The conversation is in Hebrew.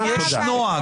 יש נוהג.